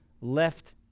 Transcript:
left